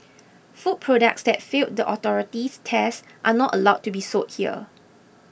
food products that fail the authority's tests are not allowed to be sold here